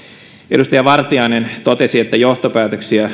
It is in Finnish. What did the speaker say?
edustaja vartiainen totesi että johtopäätöksiä